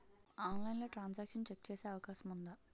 ఆన్లైన్లో transaction check చేసే అవకాశం ఉందా?